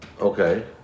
Okay